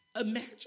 Imagine